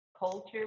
Culture